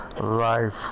life